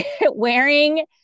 wearing